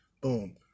Boom